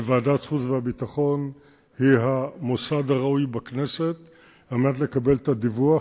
ועדת החוץ והביטחון היא המוסד הראוי בכנסת על מנת לקבל את הדיווח,